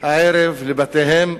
הערב לבתיהם,